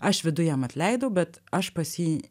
aš viduj jam atleidau bet aš pas jį